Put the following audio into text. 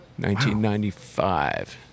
1995